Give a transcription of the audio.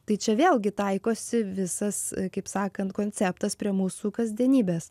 tai čia vėlgi taikosi visas kaip sakant konceptas prie mūsų kasdienybės